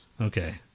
Okay